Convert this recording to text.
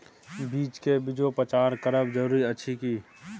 बीज के बीजोपचार करब जरूरी अछि की?